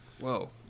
Whoa